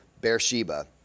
Beersheba